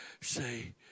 say